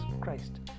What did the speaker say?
Christ